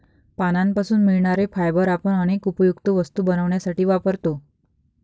पानांपासून मिळणारे फायबर आपण अनेक उपयुक्त वस्तू बनवण्यासाठी वापरतो